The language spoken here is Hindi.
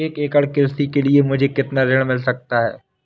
एक एकड़ भूमि के लिए मुझे कितना ऋण मिल सकता है?